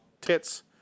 Tits